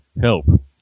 help